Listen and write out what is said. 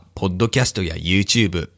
ポッドキャストやYouTube